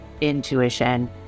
intuition